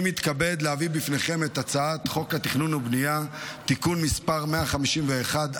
אני מתכבד להביא בפניכם את הצעת חוק התכנון והבנייה (תיקון מס' 151),